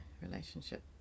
relationship